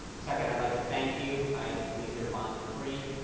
second, i'd like to thank you. i leave here vomit-free.